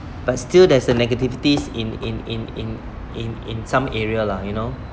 but still there's a negativity in in in in in in some area lah you know